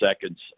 seconds